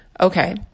okay